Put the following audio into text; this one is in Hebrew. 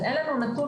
אז אין לנו הנתון